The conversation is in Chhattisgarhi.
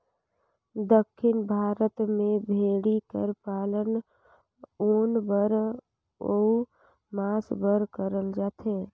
दक्खिन भारत में भेंड़ी कर पालन ऊन बर अउ मांस बर करल जाथे